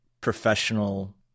professional